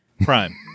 prime